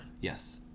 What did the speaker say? Yes